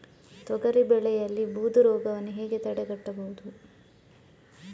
ತೊಗರಿ ಬೆಳೆಯಲ್ಲಿ ಬೂದು ರೋಗವನ್ನು ಹೇಗೆ ತಡೆಗಟ್ಟಬಹುದು?